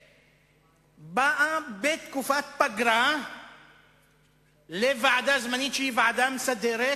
ובאה בתקופת פגרה לוועדה זמנית, שהיא ועדה מסדרת,